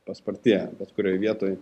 paspartėja bet kurioj vietoj